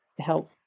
help